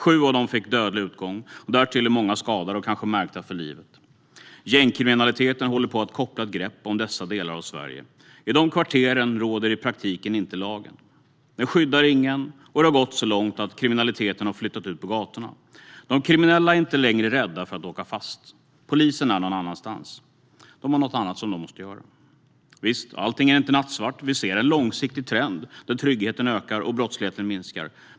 Sju av dem fick dödlig utgång. Därtill är många skadade och kanske märkta för livet. Gängkriminaliteten håller på att koppla ett grepp om dessa delar av Sverige. I de kvarteren råder i praktiken inte lagen. Den skyddar ingen, och det har gått så långt att kriminaliteten har flyttat ut på gatorna. De kriminella är inte längre rädda för att åka fast. Polisen är någon annanstans. De har något annat som de måste göra. Visst, allt är inte nattsvart. Vi ser en långsiktig trend där tryggheten ökar och brottsligheten minskar.